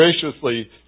graciously